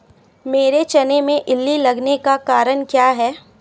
मेरे चने में इल्ली लगने का कारण क्या है?